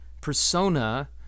persona